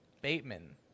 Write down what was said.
Bateman